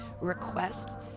request